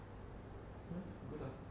mm good lah